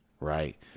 right